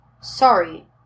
Sorry